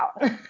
out